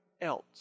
else